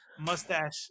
mustache